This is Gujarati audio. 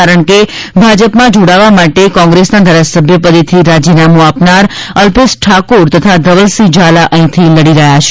કારણ કે ભાજપમાં જોડાવા માટે કોંગ્રેસના ધારાસભ્ય પદેથી રાજીનામું આપનાર અલ્પેશ ઠાકોર તથા ધવલસિંહ ઝાલા અહીંથી લડી રહ્યાં છે